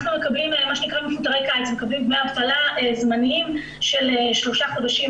אנחנו מקבלים דמי אבטלה זמניים של שלושה חודשים,